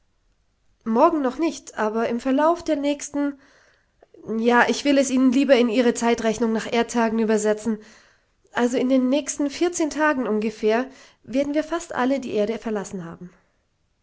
morgen noch nicht aber im verlauf der nächsten ja ich will es ihnen lieber in ihre zeitrechnung nach erdtagen übersetzen also in den nächsten vierzehn tagen ungefähr werden wir fast alle die erde verlassen haben